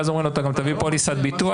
ואז אומרים לו: תביא גם פוליסת ביטוח,